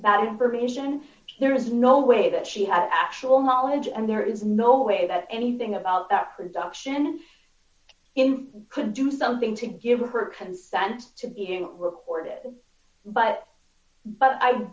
that information there is no way that she had actual knowledge and there is no way that anything about that production in could do something to give her consent to being recorded but but i